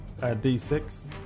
D6